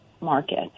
market